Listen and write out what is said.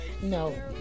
No